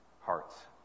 hearts